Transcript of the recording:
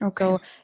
Okay